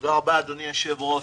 תודה רבה, אדוני היושב-ראש.